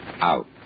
Out